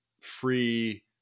free